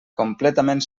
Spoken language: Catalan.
completament